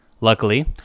luckily